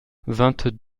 vingt